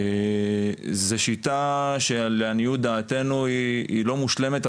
זה שיטה שלעניות דעתנו היא לא מושלמת,